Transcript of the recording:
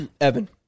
Evan